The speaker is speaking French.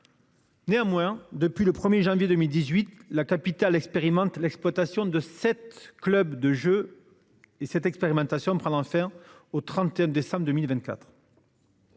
Néanmoins, depuis le 1er janvier 2018 la capitale expérimente l'exploitation de 7 clubs de jeu. Et cette expérimentation de prendre faire au 31 décembre 2024.